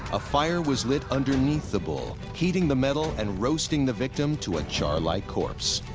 a fire was lit underneath the bull, heating the metal, and roasting the victim to a char-like corpse.